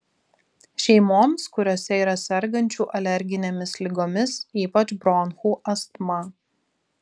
šeimoms kuriose yra sergančių alerginėmis ligomis ypač bronchų astma